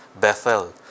Bethel